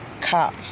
cop